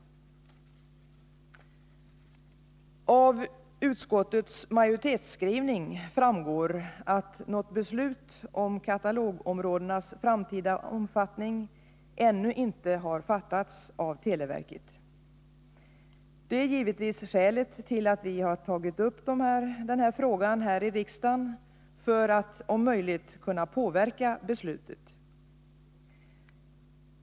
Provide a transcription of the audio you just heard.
Av utskottets majoritetsskrivning framgår att något beslut om katalogområdenas framtida omfattning ännu inte har fattats av televerket. Det är givetvis bakgrunden till att vi i riksdagen tagit upp den här frågan för att om möjligt kunna påverka beslutet.